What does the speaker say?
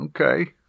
okay